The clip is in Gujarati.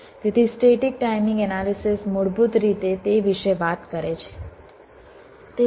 તેથી સ્ટેટિક ટાઇમિંગ એનાલિસિસ મૂળભૂત રીતે તે વિશે વાત કરે છે